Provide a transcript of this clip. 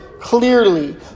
clearly